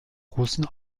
großen